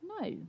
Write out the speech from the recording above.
No